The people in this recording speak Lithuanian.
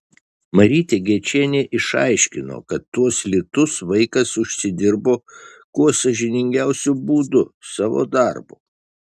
marytė gečienė išaiškino kad tuos litus vaikas užsidirbo kuo sąžiningiausiu būdu savo darbu